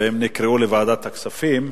והם נקראו לוועדת הכספים.